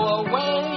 away